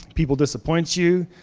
people disappoints you,